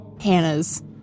Hannah's